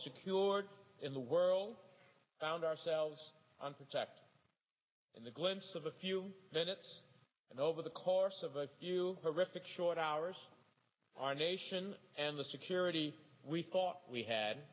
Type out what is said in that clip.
secure in the world found ourselves unprotected in the glimpse of a few minutes and over the course of a few horrific short hours our nation and the security we thought we had